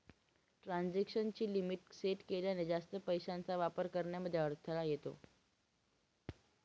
transaction ची limit set केल्याने, जास्त पैशांचा वापर करण्यामध्ये अडथळा येतो